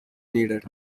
needed